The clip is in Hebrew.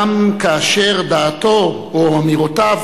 גם כאשר דעתו או אמירותיו